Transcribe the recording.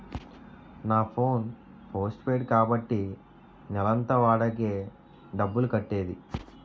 నా phone postpaid కాబట్టి నెలంతా వాడాకే డబ్బులు కట్టేది